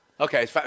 Okay